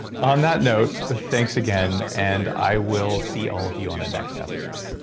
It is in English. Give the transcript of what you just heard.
on that note, thanks again and i will see all of you on the next episode